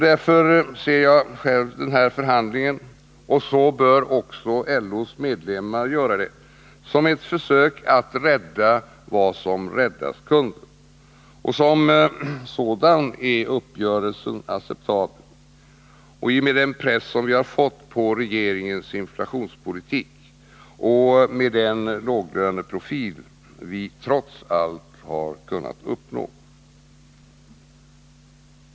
Därför ser jag själv den här förhandlingen — och så bör också LO:s medlemmar se den — som ett försök att rädda vad som räddas kunde. Som sådan är uppgörelsen acceptabel, i och med den press vi fått på regeringens inflationspolitik och i och med den låglöneprofil vi trots allt har kunnat uppnå.